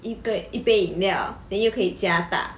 一个一杯饮料 then 又可以加大